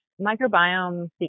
microbiome